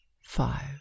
five